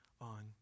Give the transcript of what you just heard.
on